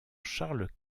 charles